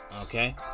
Okay